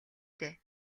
дээ